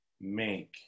make